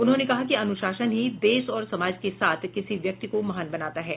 उन्होंने कहा कि अनुशासन ही देश और समाज के साथ किसी व्यक्ति को महान बनाता है